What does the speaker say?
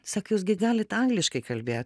sako jūs gi galit angliškai kalbėt